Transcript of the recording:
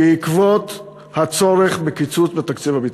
בעקבות הצורך בקיצוץ בתקציב הביטחון.